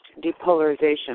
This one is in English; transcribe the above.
depolarization